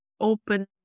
open